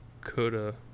coulda